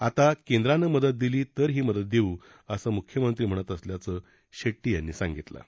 आता केंद्रानं मदत दिली तर ही मदत देऊ असं मुख्यमंत्री म्हणत असल्याचं शेट्टी यांनी म्हटलं आहे